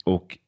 Och